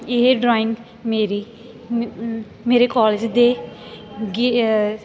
ਇਹ ਡਰਾਇੰਗ ਮੇਰੀ ਮੇ ਮੇਰੇ ਕੋਲਜ ਦੇ ਗੇ